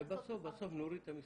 ובסוף נוריד את המספרים.